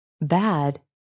Bad